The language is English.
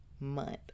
month